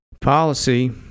policy